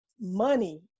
money